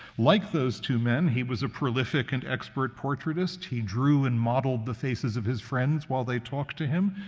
like those two men, he was a prolific and expert portraitist. he drew and modeled the faces of his friends while they talked to him,